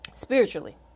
spiritually